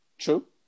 True